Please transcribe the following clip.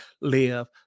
live